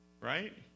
Right